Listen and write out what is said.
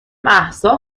مهسا